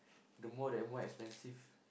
the more the more expensive